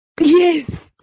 Yes